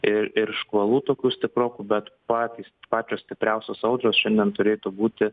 ir ir škvalų tokių stiprokų bet patys pačios stipriausios audros šiandien turėtų būti